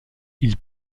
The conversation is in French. ils